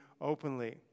openly